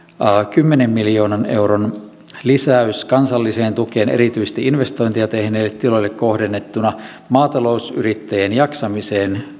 kymmenen miljoonan euron lisäys kansalliseen tukeen erityisesti investointeja tehneille tiloille kohdennettuna maatalousyrittäjien jaksamiseen